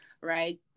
right